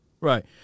Right